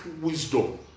wisdom